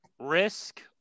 Risk